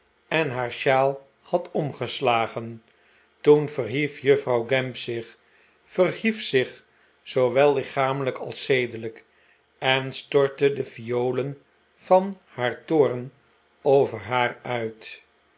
en haar shawl had omgeslagen toen verhief juffrouw gamp zich verhief zich zoowel lichamelijk als zedelijk en stortte de fiolen van haar toorn over haar uit